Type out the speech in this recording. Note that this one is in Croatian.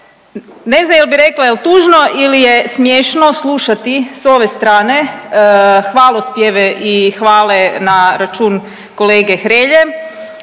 ne znam jel bi rekla jel tužno ili je smiješno slušati s ove strane hvalospjeve i hvale na račun kolege Hrelje,